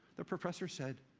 the professor said,